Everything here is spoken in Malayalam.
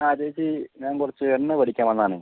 ആ ചേച്ചി ഞാൻ കുറച്ച് എണ്ണ മേടിക്കാൻ വന്ന ആണേ